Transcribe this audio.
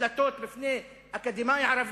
יש יותר יהודים שסוגרים את הדלתות בפני אקדמאי ערבי,